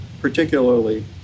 particularly